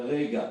כרגע,